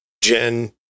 Jen